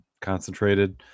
concentrated